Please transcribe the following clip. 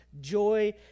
Joy